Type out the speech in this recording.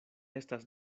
estas